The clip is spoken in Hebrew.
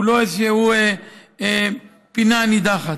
הוא לא איזושהי פינה נידחת.